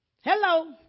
Hello